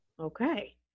okay